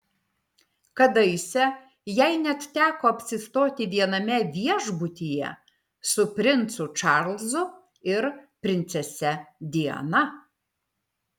kadaise jai net teko apsistoti viename viešbutyje su princu čarlzu ir princese diana